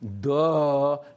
Duh